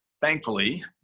Thankfully